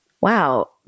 Wow